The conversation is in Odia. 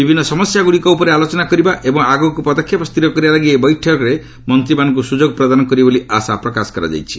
ବିଭିନ୍ନ ସମସ୍ୟାଗୁଡ଼ିକ ଉପରେ ଆଲୋଚନା କରିବା ଏବଂ ଆଗକ୍ତ ପଦକ୍ଷେପ ସ୍ଥିର କରିବା ଲାଗି ଏହି ବୈଠକ ମନ୍ତ୍ରୀମାନଙ୍କୁ ସୁଯୋଗ ପ୍ରଦାନ କରିବ ବୋଲି ଆଶା ପ୍ରକାଶ କରାଯାଇଛି